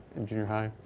in junior high?